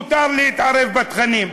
מותר להתערב בתכנים.